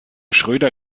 schröder